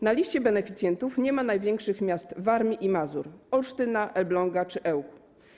Na liście beneficjentów nie ma największych miast Warmii i Mazur - Olsztyna, Elbląga czy Ełku.